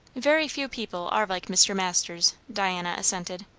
very few people are like mr. masters, diana assented.